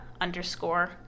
underscore